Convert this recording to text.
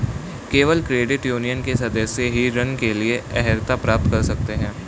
केवल credit union के सदस्य ही ऋण के लिए अर्हता प्राप्त कर सकते हैं